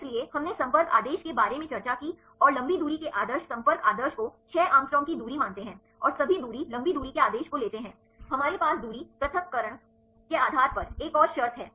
इसलिए हमने संपर्क आदेश के बारे में चर्चा की और लंबी दूरी के आदेश संपर्क आदेश को छह एंगस्ट्रॉम की दूरी मानते हैं और सभी दूरी लंबी दूरी के आदेश को लेते हैं हमारे पास दूरी पृथक्करण के आधार पर एक और शर्तें हैं